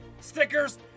stickers